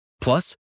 Plus